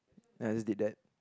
then I just did that